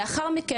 לאחר מכן,